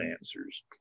answers